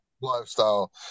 lifestyle